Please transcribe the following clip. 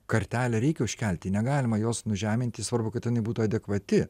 kartelę reikia užkelti negalima jos nužeminti svarbu kad jinai būtų adekvati